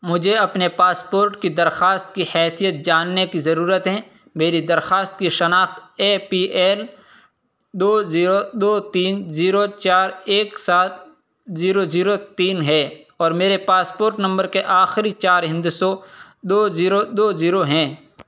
مجھے اپنے پاسپورٹ کی درخواست کی حیثیت جاننے کی ضرورت ہیں میری درخواست کی شناخت اے پی ایل دو زیرو دو تین زیرو چار ایک سات زیرو زیرو تین ہے اور میرے پاسپورٹ نمبر کے آخری چار ہندسوں دو زیرو دو زیرو ہیں